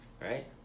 right